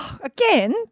Again